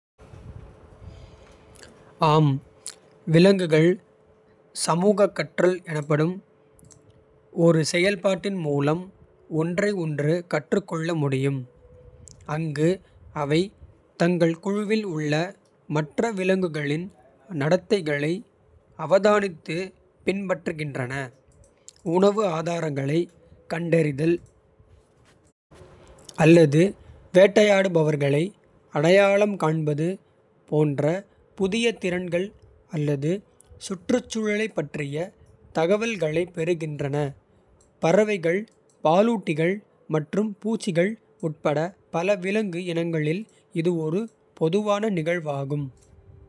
ஆம் விலங்குகள் சமூகக் கற்றல் எனப்படும் ஒரு. செயல்பாட்டின் மூலம் ஒன்றையொன்று கற்றுக் கொள்ள. முடியும் அங்கு அவை தங்கள் குழுவில் உள்ள மற்ற. விலங்குகளின் நடத்தைகளை அவதானித்து பின்பற்றுகின்றன. உணவு ஆதாரங்களைக் கண்டறிதல் அல்லது. வேட்டையாடுபவர்களை அடையாளம் காண்பது போன்ற. புதிய திறன்கள் அல்லது சுற்றுச்சூழலைப் பற்றிய தகவல்களைப். பெறுகின்றன பறவைகள் பாலூட்டிகள் மற்றும் பூச்சிகள் உட்பட. பல விலங்கு இனங்களில் இது ஒரு பொதுவான நிகழ்வாகும்.